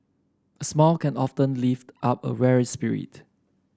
a smile can often lift up a weary spirit